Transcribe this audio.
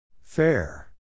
Fair